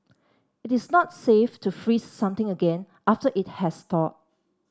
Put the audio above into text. it is not safe to freeze something again after it has thawed